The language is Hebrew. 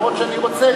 גם אם אני רוצה,